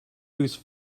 whose